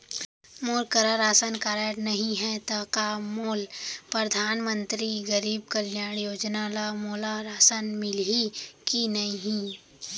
मोर करा ration card नहीं है त का मोल परधानमंतरी गरीब कल्याण योजना ल मोला राशन मिलही कि नहीं?